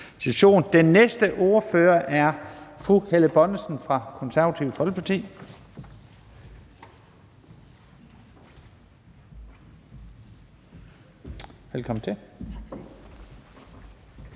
Den næste ordfører i rækken er fru Helle Bonnesen fra Det Konservative Folkeparti.